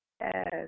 Yes